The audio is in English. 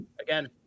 again